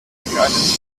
spezialeffekte